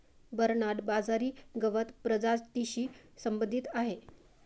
Bernard बाजरी गवत प्रजातीशी संबंधित आहे